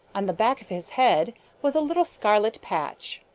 on the back of his head was a little scarlet patch.